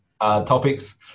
topics